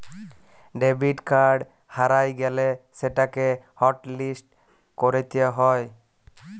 debit card হারাঁয় গ্যালে সেটকে হটলিস্ট ক্যইরতে হ্যয়